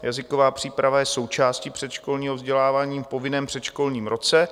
Jazyková příprava je součástí předškolního vzdělávání v povinném předškolním roce.